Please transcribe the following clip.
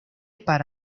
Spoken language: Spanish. para